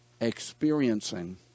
experiencing